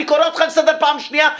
אני קורא אותך לסדר פעם שנייה.